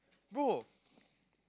bro